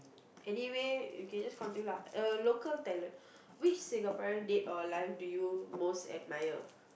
anyway you can just continue lah uh local talent which Singaporean dead or alive do you most admire